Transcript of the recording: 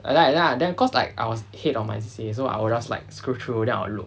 I like I like then cause like I was head of my C_C_A so I'll just like scroll through then I will look